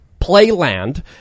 playland